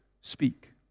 speak